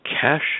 cash